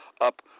up